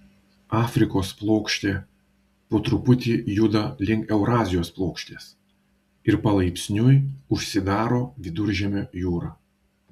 afrikos plokštė po truputį juda link eurazijos plokštės ir palaipsniui užsidaro viduržemio jūra